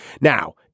Now